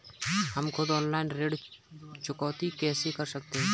हम खुद ऑनलाइन ऋण चुकौती कैसे कर सकते हैं?